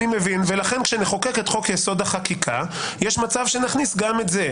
ולכן כשנחוקק את חוק-יסוד: החקיקה יש מצב שנכניס גם את זה.